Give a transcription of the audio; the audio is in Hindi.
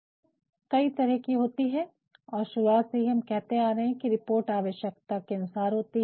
तो रिपोर्ट कई तरह कि होती है और शुरुआत से ही हम कहते आ रहे है कि रिपोर्ट आवश्यकता के अनुसार होती है